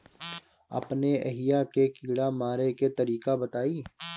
अपने एहिहा के कीड़ा मारे के तरीका बताई?